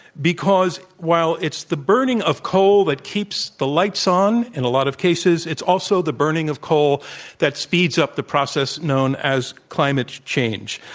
because while it's the burning of coal that keeps the lights on in a lot of cases it's also the burning of coal that speeds up the process known as climate change.